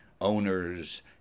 owners